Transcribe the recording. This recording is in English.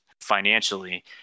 financially